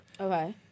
Okay